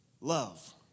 love